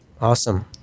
awesome